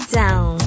down